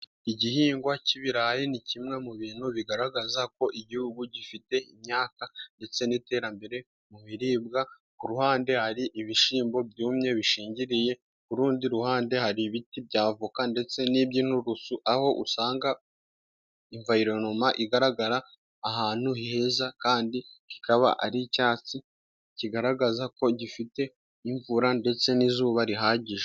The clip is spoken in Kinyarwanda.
Igihingwa cy'ibirayi ni kimwe mu bintu bigaragazako igihugu gifite imyaka ndetse n'iterambere mu biribwa ,ku ruhande hari ibishyimbo byumye bishingiriye, ku rundi ruhande hari ibiti by'avoka ndetse n'iby' inturusu, aho usanga imvayironoma igaragara ,ahantu heza kandi kikaba ari icyatsi kigaragazako gifite imvura ndetse n'izuba rihagije.